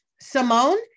Simone